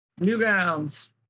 Newgrounds